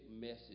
message